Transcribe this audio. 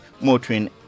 motoring